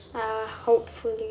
ah hopefully